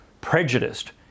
Prejudiced